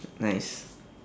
nice